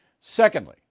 Secondly